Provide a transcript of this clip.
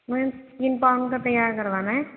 مجھے تین پاؤنڈ کا تیار کروانا ہے